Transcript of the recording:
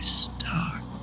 start